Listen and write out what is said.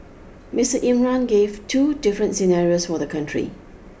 Mister Imran gave two different scenarios for the country